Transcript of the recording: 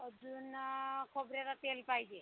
अजून खोबऱ्याचं तेल पाहिजे